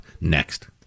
next